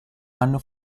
hanno